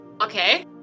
Okay